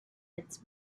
its